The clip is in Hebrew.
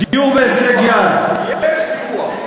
דיור בהישג יד --- יש ויכוח.